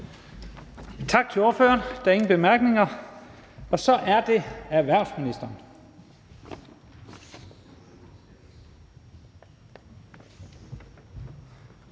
tak til ordføreren. Der er ingen korte bemærkninger. Så er det miljøministeren.